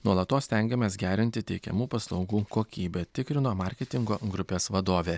nuolatos stengiamės gerinti teikiamų paslaugų kokybę tikrino marketingo grupės vadovė